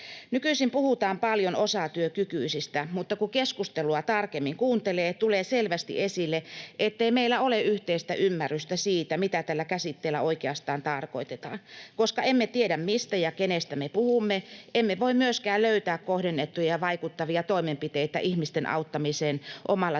Nykyisin puhutaan paljon osatyökykyisistä, mutta kun keskustelua kuuntelee tarkemmin, tulee selvästi esille, ettei meillä ole yhteistä ymmärrystä siitä, mitä tällä käsitteellä oikeastaan tarkoitetaan. Koska emme tiedä, mistä ja kenestä me puhumme, emme voi myöskään löytää kohdennettuja ja vaikuttavia toimenpiteitä ihmisten auttamiseen omalla työllistymisen